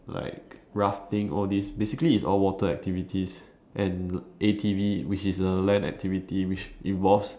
like rafting all these basically is all water activities and A_T_V which is a land activity which involves